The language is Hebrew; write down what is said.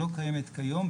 שלא קיימת כיום,